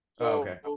Okay